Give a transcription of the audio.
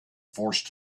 forced